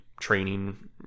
training